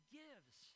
gives